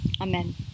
Amen